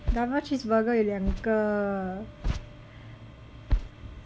double cheeseburger 有两个